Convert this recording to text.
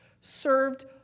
served